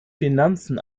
finanzen